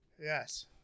yes